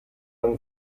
eine